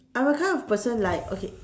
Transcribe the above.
I'm the kind of person like okay